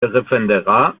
referendar